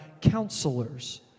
counselors